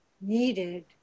needed